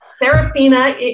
Serafina